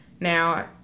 Now